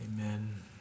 Amen